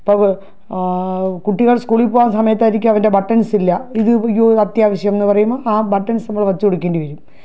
ഇപ്പം കുട്ടികൾ സ്കൂളിൽ പോവാൻ സമയത്തായിരിക്കും അവൻ്റെ ബട്ടൻസ് ഇല്ല ഇത് അയ്യോ അത്യാവശ്യം എന്ന് പറയുമ്പോൾ ആ ബട്ടൻസ് നമ്മൾ വെച്ചുകൊടുക്കേണ്ടി വരും